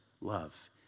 love